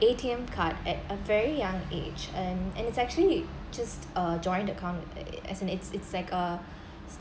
A_T_M card at a very young age and and it's actually just a joint account as in it's like a